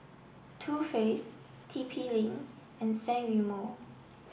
Too Faced T P link and San Remo